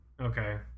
Okay